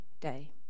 day